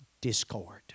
discord